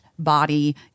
body